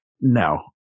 No